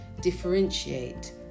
differentiate